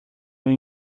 will